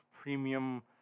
premium